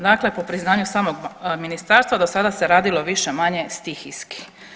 Dakle, po priznanju samog ministarstva do sada se radilo više-manje stihijski.